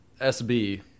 SB